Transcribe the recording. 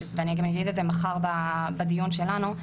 ואגיד את זה מחר בדיון שלנו,